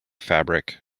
fabric